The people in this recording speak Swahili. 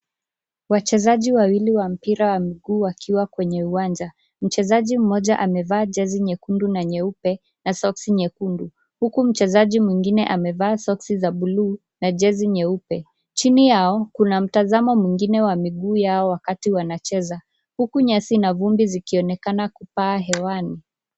Wachezaji wawili wa mpira wa mguu wakiwa kwenye uwanja. Mchezaji mmoja amevaa jezi nyekundu na nyeupe na soksi nyekundu, huku mchezaji mwingine amevaa soksi za buluu na jezi nyeupe. Chini yao kuna mtazamo mwingine wa miguu yao wakati wanacheza. Huku nyasi na vumbi zikionekana kupaa hewani.